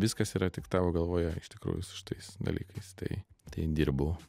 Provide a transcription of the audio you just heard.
viskas yra tik tavo galvoje iš tikrųjų su šitais dalykais tai tai dirbu